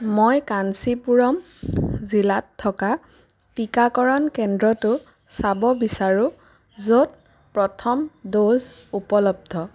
মই কাঞ্চীপুৰম জিলাত থকা টীকাকৰণ কেন্দ্ৰটো চাব বিচাৰোঁ য'ত প্ৰথম ড'জ উপলব্ধ